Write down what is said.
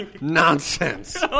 nonsense